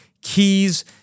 keys